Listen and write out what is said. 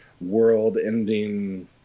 world-ending